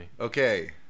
Okay